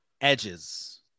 Edges